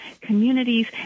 communities